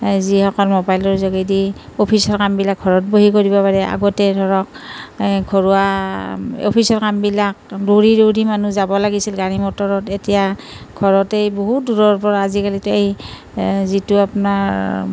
যিসকল মোবাইলৰ যোগেদি অফিচৰ কামবিলাক ঘৰত বহি কৰিব পাৰে আগতে ধৰক ঘৰুৱা অফিচৰ কামবিলাক দৌৰি দৌৰি মানুহ যাব লাগিছিল গাড়ী মটৰত এতিয়া ঘৰতেই বহুত দূৰৰ পৰা আজিকালিটো এই যিটো আপোনাৰ